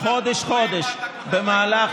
אנחנו רואים מה אתה כותב בעיתונים.